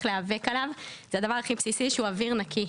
להיאבק עליו זה הדבר הכי בסיסי שהוא אוויר נקי.